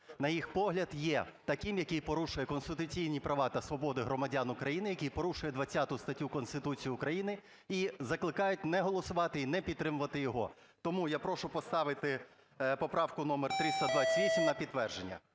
на їх погляд, є таким, який порушує конституційні права та свободи громадян України, який порушує 20 статтю Конституцію України. І закликають не голосувати і не підтримувати його. Тому я прошу поставити поправку номер 328 на підтвердження.